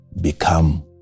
become